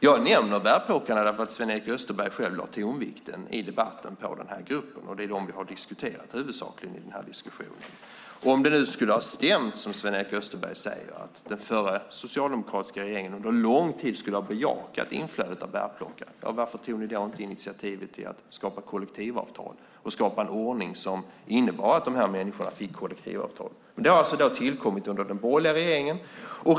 Jag nämner bärplockarna därför att Sven-Erik Österberg själv lade tonvikten i debatten på den gruppen och att det är huvudsakligen dem vi har diskuterat i den här diskussionen. Om det skulle ha stämt som Sven-Erik Österberg säger, att den förra socialdemokratiska regeringen under lång tid skulle ha bejakat inflödet av bärplockare, varför tog ni då inte initiativ till att skapa kollektivavtal och skapa en ordning som innebar att dessa människor fick kollektivavtal? Kollektivavtal har alltså tillkommit under den borgerliga regeringen.